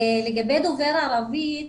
לגבי דובר ערבית,